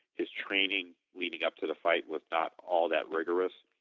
his training leaning up to the fight was not all that rigorous.